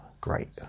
Great